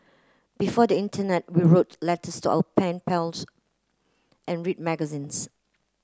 before the internet we wrote letters to our pen pals and read magazines